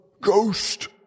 ghost